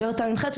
שיירת ע״ח,